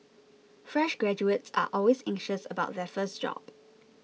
fresh graduates are always anxious about their first job